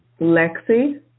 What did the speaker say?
Lexi